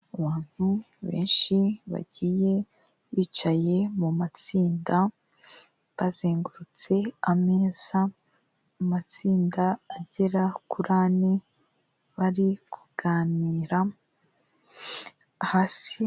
Abantu benshi bagiye bicaye mu matsinda, bazengurutse ameza, mu matsinda agera kuri ane bari kuganira hasi.